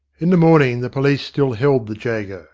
in the morning the police still held the jago.